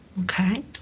Okay